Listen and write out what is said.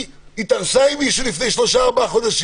היא התארסה עם מישהו לפני שלושה חודשים,